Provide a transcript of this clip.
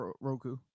Roku